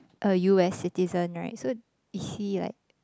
a U_S citizen right so is he like